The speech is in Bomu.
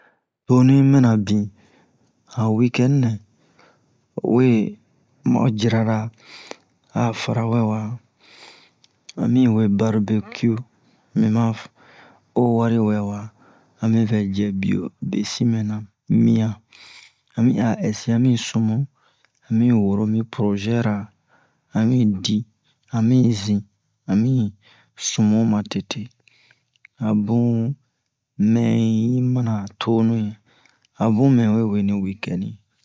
tonu yi mina bin han wikɛn-nɛ awe ma o yira-ra a fara wɛ wa ami we barbekiyu mima o wari wɛ wa ami vɛ cɛ biyo besin mɛna mian ami a ɛsi ami sumu ami woro mi prozɛ-ra ami di ami zin ami sumu sumu matete a bun mɛ yi mina tonu a bun mɛ we wee ni wikɛn-ni